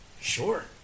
Sure